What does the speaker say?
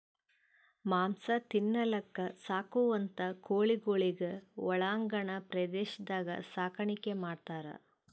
ಮಾಂಸ ತಿನಲಕ್ಕ್ ಸಾಕುವಂಥಾ ಕೋಳಿಗೊಳಿಗ್ ಒಳಾಂಗಣ ಪ್ರದೇಶದಾಗ್ ಸಾಕಾಣಿಕೆ ಮಾಡ್ತಾರ್